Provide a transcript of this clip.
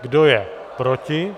Kdo je proti?